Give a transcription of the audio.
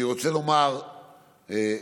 אני רוצה לומר לך,